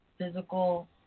physical